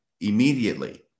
immediately